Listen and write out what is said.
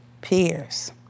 peers